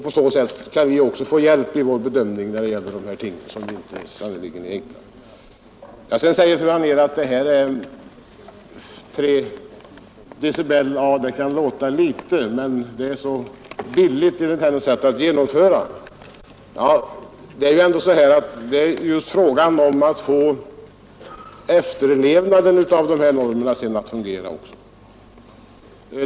På så sätt kan vi också få hjälp i vår bedömning när det gäller dessa ting, som sannerligen inte är enkla. Fru Anér säger att 3 dB kan låta litet, men det är så billigt att genomföra. Men det är ju fråga om att få efterlevnaden av dessa normer att fungera.